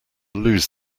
lose